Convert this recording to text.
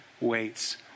waits